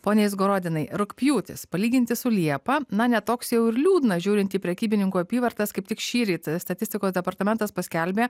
pone izgorodinai rugpjūtis palyginti su liepa na ne toks jau ir liūdnas žiūrint į prekybininkų apyvartas kaip tik šįryt statistikos departamentas paskelbė